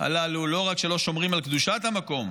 הללו לא רק שלא שומרים על קדושת המקום,